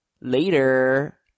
later